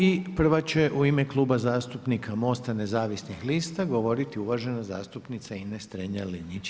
I prava će u ime Kluba zastupnika MOST-a nezavisnih lista govoriti uvažena zastupnica Ines Strenja-Linić.